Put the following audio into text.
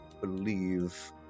believe